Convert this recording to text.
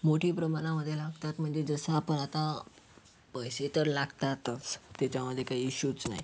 मोठ्या प्रमाणामध्ये लागतात म्हणजे जसं आपण आता पैसे तर लागतातच त्याच्यामध्ये काही इश्यूच नाही